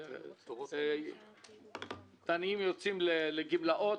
דיינים יוצאים לגמלאות.